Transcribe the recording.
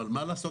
אבל מה לעשות,